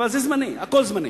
אבל זה זמני, הכול זמני.